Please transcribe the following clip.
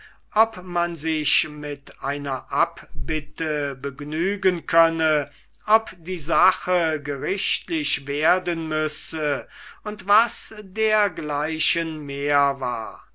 ob man sich mit einer abbitte begnügen könne ob die sache gerichtlich werden müsse und was dergleichen mehr war